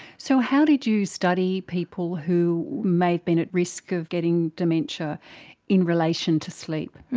so how did you study people who may have been at risk of getting dementia in relation to sleep?